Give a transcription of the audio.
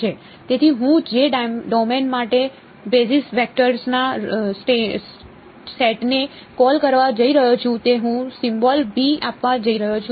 તેથી હું જે ડોમેન માટે બેઝિસ વેક્ટર્સના સેટને કૉલ કરવા જઈ રહ્યો છું તે હું સિમ્બોલ આપવા જઈ રહ્યો છું